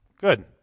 good